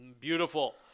Beautiful